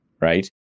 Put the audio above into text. right